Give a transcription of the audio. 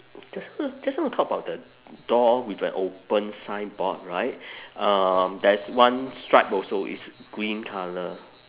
just now just now you talk about the door with a open signboard right um there's one stripe also it's green colour